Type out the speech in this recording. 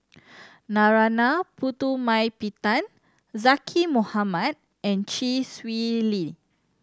Narana Putumaippittan Zaqy Mohamad and Chee Swee Lee